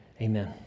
Amen